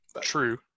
True